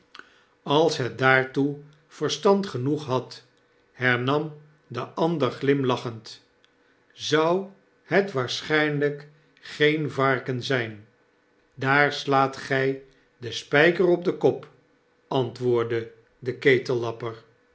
als het daartoe verstand genoeg had hernam de ander glimlachend zou het waarschijnlyk geen varken zyn daar slaat gy den spyker op den kop antwoordde de